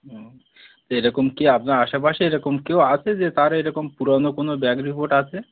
ও এরকম কি আপনার আশে পাশে এরকম কেউ আছে যে তার এরকম পুরানো কোনো ব্যাড রিপোর্ট আছে